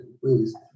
please